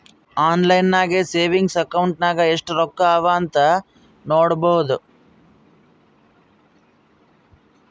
online ನಾಗೆ savings account ನಾಗ್ ಎಸ್ಟ್ ರೊಕ್ಕಾ ಅವಾ ಅಂತ್ ನೋಡ್ಬೋದು